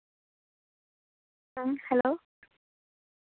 ᱦᱮᱸ ᱦᱮᱞᱳ